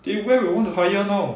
they where will want to hire now